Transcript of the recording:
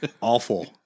Awful